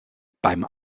beim